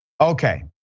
Okay